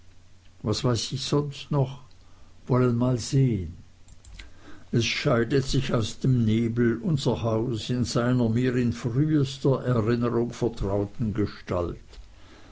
was weiß ich sonst noch wollen mal sehen es scheidet sich aus dem nebel unser haus in seiner mir in frühester erinnerung vertrauten gestalt